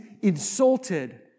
insulted